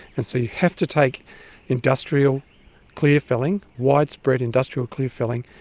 and so you have to take industrial clear-felling, widespread industrial clear-felling,